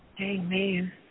Amen